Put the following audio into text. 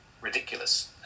ridiculous